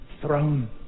throne